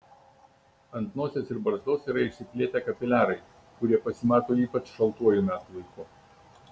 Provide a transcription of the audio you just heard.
ant nosies ir barzdos yra išsiplėtę kapiliarai kurie pasimato ypač šaltuoju metų laiku